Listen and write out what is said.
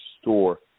store